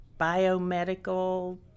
biomedical